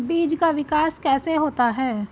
बीज का विकास कैसे होता है?